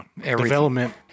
development